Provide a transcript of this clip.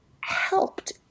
helped